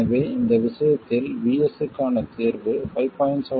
எனவே இந்த விஷயத்தில் VS க்கான தீர்வு 5